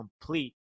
complete